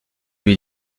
lui